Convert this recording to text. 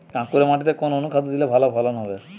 কাঁকুরে মাটিতে কোন অনুখাদ্য দিলে ভালো ফলন হবে?